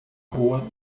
rua